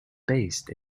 based